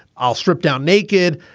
i'll strip down naked.